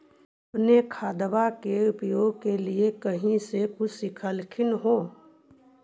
अपने खादबा के उपयोग के लीये कही से कुछ सिखलखिन हाँ?